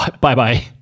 Bye-bye